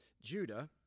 Judah